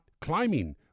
climbing